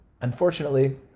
Unfortunately